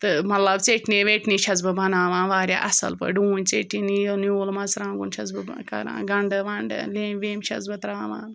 تہٕ مطلب ژیٚٹنہِ ویٚٹنہِ چھٮ۪س بہٕ بَناوان واریاہ اَصٕل پٲٹھۍ ڈوٗنۍ ژیٚٹِنۍ یہِ نیوٗل مَرژٕرٛانٛگُن چھٮ۪س بہٕ کَران گَنٛڈٕ وَنٛڈٕ لیٚمبۍ ویٚمبۍ چھٮ۪س بہٕ ترٛاوان